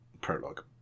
prologue